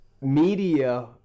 media